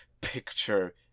picture